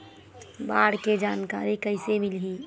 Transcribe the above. बाढ़ के जानकारी कइसे मिलही?